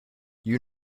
you